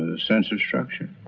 ah sense of structure.